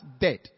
dead